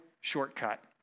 shortcut